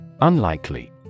Unlikely